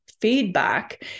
feedback